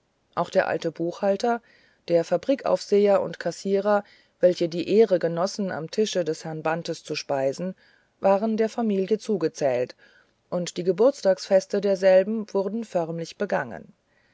auch der alte buchhalter der fabrikaufseher und kassierer welche die ehre genossen am tische des herrn bantes zu speisen waren der familie zugezählt und die geburtsfeste derselben wurden förmlich begangen